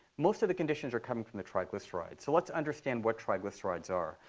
most of the conditions are coming from the triglycerides. so let's understand what triglycerides are.